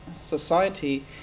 society